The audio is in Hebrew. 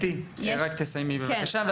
אתי, רק תסיימי בבקשה.